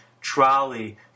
trolley